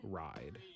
ride